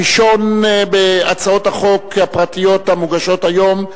הראשונה בהצעות החוק הפרטיות המוגשות היום,